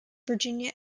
virginia